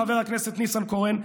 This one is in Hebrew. חבר הכנסת ניסנקורן,